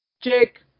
Jake